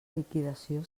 liquidació